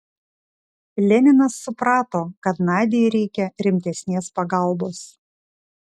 leninas suprato kad nadiai reikia rimtesnės pagalbos